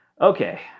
okay